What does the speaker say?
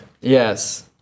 Yes